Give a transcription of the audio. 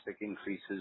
increases